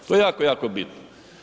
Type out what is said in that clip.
To je jako, jako bitno.